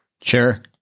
Sure